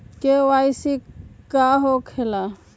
KYC का हो के ला?